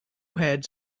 heads